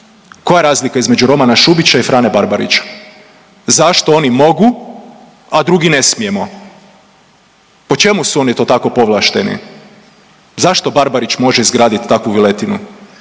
Koja je razlika između Romana Šubića i Frane Barbarića, zašto oni mogu, a drugi ne smijemo? Po čemu su oni to tako povlašteni? Zašto Barbarić može izgraditi takvu viletinu